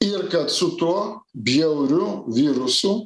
ir kad su tuo bjauriu virusu